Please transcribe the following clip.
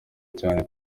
cyane